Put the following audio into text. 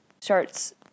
starts